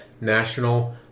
National